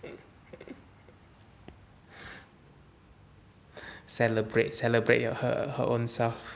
celebrate celebrate your her her own self